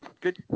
good